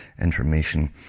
information